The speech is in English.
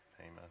amen